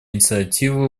инициативы